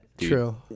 True